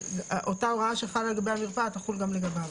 אותה הוראה שחלה לגבי המרפאה, תחול גם לגביו.